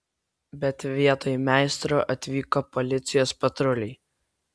bet vietoj meistro atvyko policijos patruliai